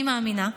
אני מאמינה,